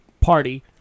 party